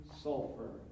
sulfur